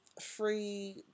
free